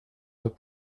doit